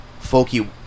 Folky